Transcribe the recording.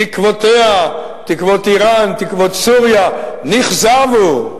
תקוותיה, תקוות אירן, תקוות סוריה, נכזבו.